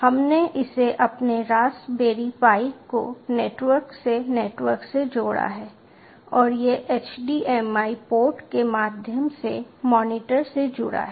हमने इसे आपके रास्पबेरी पाई को नेटवर्क से नेटवर्क से जोड़ा है और यह HDMI पोर्ट के माध्यम से मॉनिटर से जुड़ा है